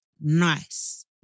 nice